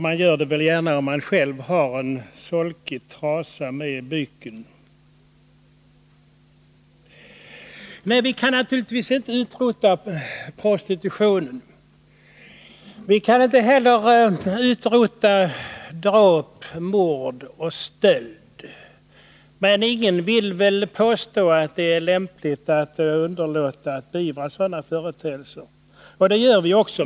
Man gör det väl gärna om man själv har en solkig trasa med i byken. Vi kan naturligtvis inte utrota prostitutionen. Vi kan inte heller utrota dråp, mord och stöld. Men ingen vill väl påstå att det är lämpligt att underlåta att beivra sådana företeelser. Och vi beivrar dem också.